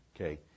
Okay